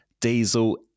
diesel